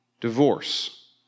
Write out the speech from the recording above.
divorce